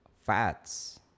Fats